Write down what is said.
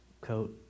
coat